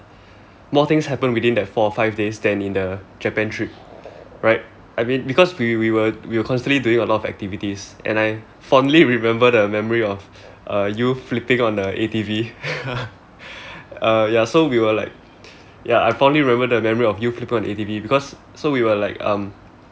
more things happened within the four five days than in the Japan trip right I mean because we we were constantly doing a lot of activities and I fondly remember the memory of uh you flipping on the A_T_V uh ya so we were like ya I fondly remember the memory of you flipping on A_T_V because so we were like um